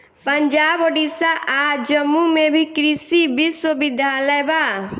पंजाब, ओडिसा आ जम्मू में भी कृषि विश्वविद्यालय बा